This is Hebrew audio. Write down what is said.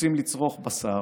שרוצים לצרוך בשר